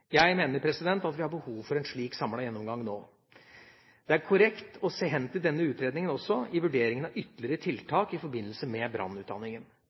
Jeg mener at vi har behov for en slik samlet gjennomgang nå. Det er korrekt å se hen til denne utredningen også i vurderingen av ytterligere tiltak i forbindelse med brannutdanningen.